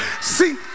see